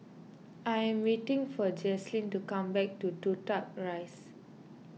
I am waiting for Jazlyn to come back to Toh Tuck Rise